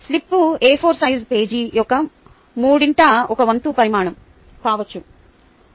slips a4 size page యొక్క మూడింట ఒక వంతు పరిమాణం కావచ్చు